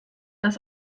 das